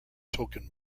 token